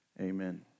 amen